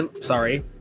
sorry